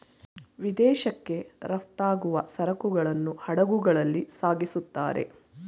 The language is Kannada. ವಿದೇಶಕ್ಕೆ ರಫ್ತಾಗುವ ಸರಕುಗಳನ್ನು ಹಡಗುಗಳಲ್ಲಿ ಸಾಗಿಸುತ್ತಾರೆ